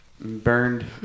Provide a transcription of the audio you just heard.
Burned